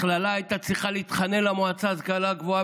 מכללה הייתה צריכה להתחנן למועצה להשכלה גבוהה